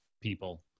people